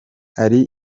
ari